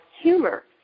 humor